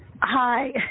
Hi